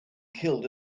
killed